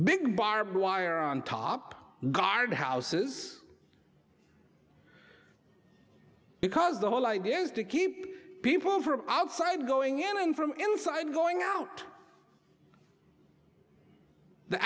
big barbed wire on top guard houses because the whole idea is to keep people from outside going in from inside going out the